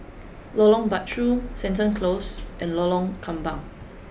Lorong Bachok Seton Close and Lorong Kembang